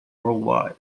worldwide